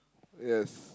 yes